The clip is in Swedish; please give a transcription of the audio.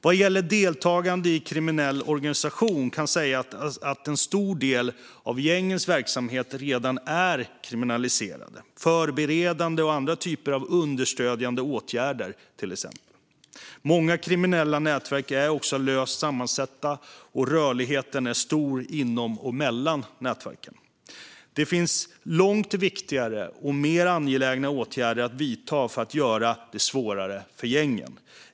I fråga om deltagande i en kriminell organisation kan sägas att en stor del av gängens verksamhet redan är kriminaliserad, till exempel förberedande och andra typer av understödjande åtgärder. Många kriminella nätverk är dessutom löst sammansatta, och rörligheten är stor inom och mellan nätverken. Det finns långt viktigare och mer angelägna åtgärder att vidta för att göra det svårare för gängen.